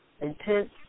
intense